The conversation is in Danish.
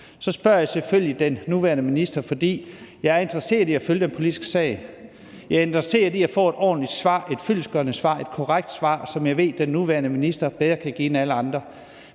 så spørger jeg selvfølgelig den nuværende minister, fordi jeg er interesseret i at følge den politiske sag og jeg er interesseret i at få et ordentligt svar, et fyldestgørende svar, et korrekt svar, som jeg ved den nuværende minister bedre kan give end alle andre.